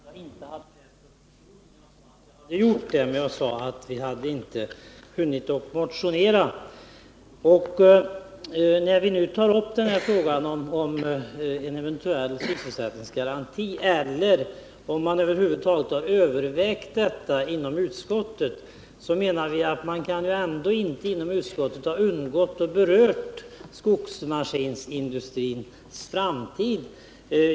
Herr talman! Fritz Börjesson måste ha lyssnat dåligt på mig. Jag sade inte att vi inte hade läst propositionen, utan jag sade att vi har gjort det. Jag sade också att vi inte hade hunnit motionera. När vi nu tar upp frågan om en eventuell sysselsättningsgaranti, eller om man inom utskottet över huvud taget har övervägt detta, så menar vi att utskottet inte kan ha undgått att beröra skogsmaskinsindustrins framtid.